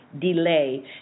delay